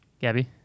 Gabby